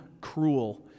cruel